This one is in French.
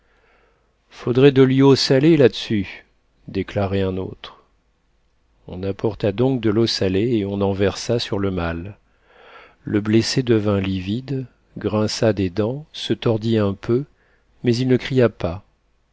faudrait de l'eau salée là-dessus déclarait un autre on apporta donc de l'eau salée et on en versa sur le mal le blessé devint livide grinça des dents se tordit un peu mais il ne cria pas